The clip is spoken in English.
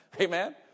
amen